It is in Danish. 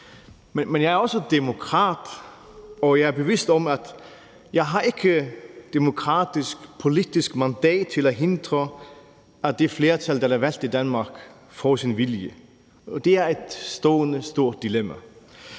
Men jeg er også demokrat, og jeg er bevidst om, at jeg ikke har et demokratisk politisk mandat til at hindre, at det flertal, der er valgt i Danmark, får sin vilje – og det er et stående stort dilemma.